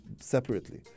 separately